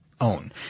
own